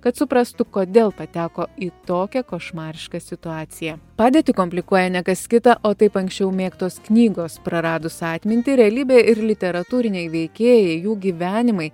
kad suprastų kodėl pateko į tokią košmarišką situaciją padėtį komplikuoja ne kas kita o taip anksčiau mėgtos knygos praradus atmintį realybė ir literatūriniai veikėjai jų gyvenimai